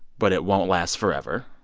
but it won't last forever.